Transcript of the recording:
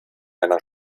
einer